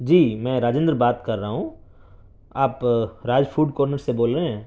جی میں راجندر بات کر رہا ہوں آپ راج فوڈ کارنر سے بول رہے ہیں